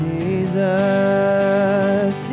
Jesus